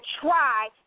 try